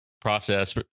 process